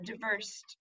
diverse